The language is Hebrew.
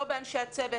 לא באנשי הצוות,